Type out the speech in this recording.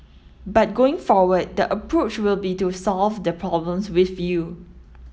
but going forward the approach will be to solve the problems with you